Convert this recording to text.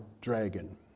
dragon